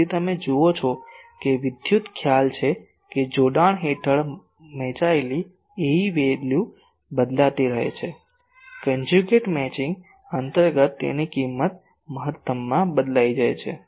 તેથી તમે જુઓ છો કે તે વિદ્યુત ખ્યાલ છે કે જોડાણ હેઠળ મેચાયેલી Ae વેલ્યુ બદલાતી રહે છે કંજુગેટ મેચિંગ અંતર્ગત તેની કિંમત મહત્તમમાં બદલાઈ જાય છે